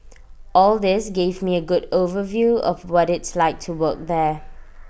all this gave me A good overview of what it's like to work there